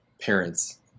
parents